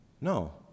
No